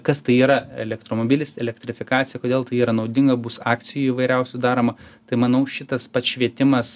kas tai yra elektromobilis elektrifikacija kodėl tai yra naudinga bus akcijų įvairiausių daroma tai manau šitas pats švietimas